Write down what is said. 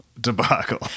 debacle